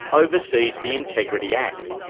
oversees the integrity act.